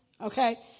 okay